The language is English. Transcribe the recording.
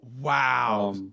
wow